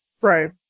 Right